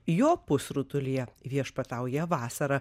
jo pusrutulyje viešpatauja vasara